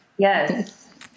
Yes